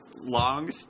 Long